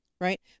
right